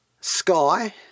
Sky